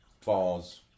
falls